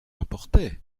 importait